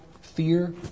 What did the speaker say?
fear